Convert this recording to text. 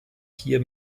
hier